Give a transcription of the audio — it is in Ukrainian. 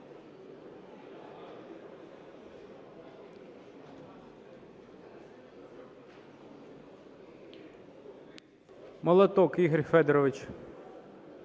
Молоток Ігор Федорович.